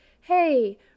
hey